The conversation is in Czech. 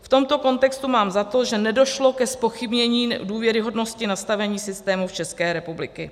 V tomto kontextu mám za to, že nedošlo ke zpochybnění důvěryhodnosti nastavení systému České republiky.